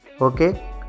okay